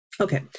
Okay